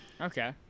Okay